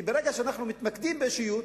כי ברגע שאנו מתמקדים באישיות,